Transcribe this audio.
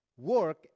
work